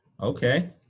Okay